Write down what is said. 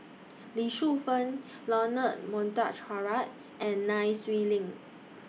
Lee Shu Fen Leonard Montague Harrod and Nai Swee Leng